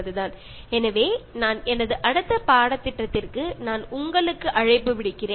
അതിനാൽ ഞാൻ നിങ്ങളെ എന്റെ അടുത്ത കോഴ്സിലേക്ക് സ്വാഗതം ചെയ്യുന്നു